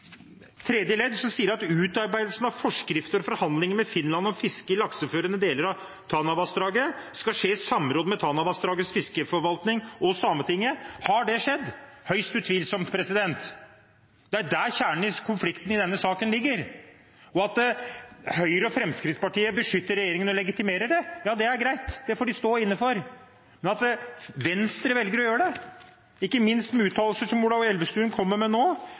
sier: «Utarbeidelsen av forskrifter og forhandlinger med Finland om fisket i lakseførende deler av Tanavassdraget skal skje i samråd med Tanavassdragets fiskeforvaltning og Sametinget.» Har det skjedd? Det er høyst tvilsomt. Det er der kjernen i konflikten i denne saken ligger. Høyre og Fremskrittspartiet beskytter regjeringen og legitimerer det, det er greit, det får de stå inne for. Venstre velger å gjøre det, selv med uttalelser som Ola Elvestuen kommer med nå,